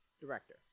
director